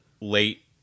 late